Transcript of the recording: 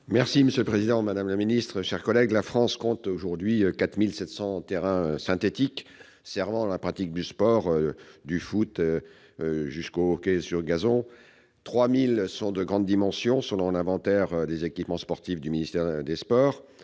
sports. Monsieur le président, madame la secrétaire d'État, mes chers collègues, la France compte aujourd'hui 4 700 terrains synthétiques servant à la pratique du sport, du football au hockey sur gazon. Parmi eux, 3 000 sont de grande dimension, selon l'inventaire des équipements sportifs du ministère des sports.